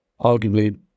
Arguably